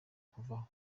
kuvaho